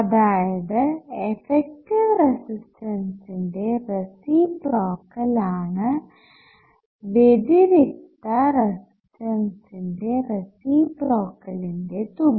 അതായത് എഫക്റ്റീവ് റെസിസ്റ്റൻസ്സിന്റെ റെസിപ്രോക്കൽ ആണ് വ്യതിരിക്ത റെസിസ്റ്റൻസിന്റെ റെസിപ്രോക്കലിന്റെ തുക